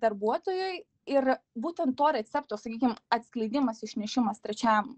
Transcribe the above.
darbuotojui ir būtent to recepto sakykim atskleidimas išnešimas trečiam